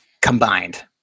combined